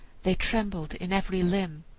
they trembled in every limb.